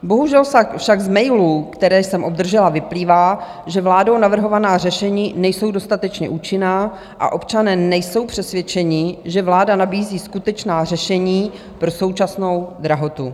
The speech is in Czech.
Bohužel však z mailů, které jsem obdržela, vyplývá, že vládou navrhovaná řešení nejsou dostatečně účinná a občané nejsou přesvědčení, že vláda nabízí skutečná řešení pro současnou drahotu.